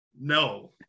No